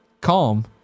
calm